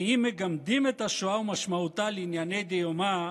כי אם מגמדים את השואה ומשמעותה לענייני דיומא,